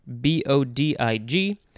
B-O-D-I-G